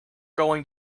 going